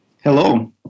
Hello